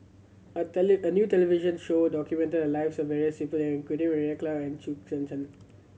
a a new television show documented the lives of various including Meira Chand and Chew Kheng Chuan